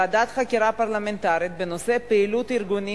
ועדת חקירה פרלמנטרית בנושא פעילות ארגונים